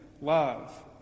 love